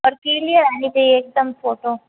और क्लियर आनी चाहिए एक दम फोटो